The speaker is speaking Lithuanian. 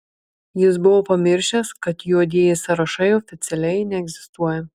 jis buvo pamiršęs kad juodieji sąrašai oficialiai neegzistuoja